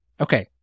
Okay